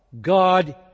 God